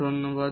ধন্যবাদ